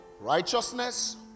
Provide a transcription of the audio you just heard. righteousness